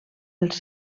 els